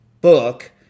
book